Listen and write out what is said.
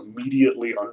immediately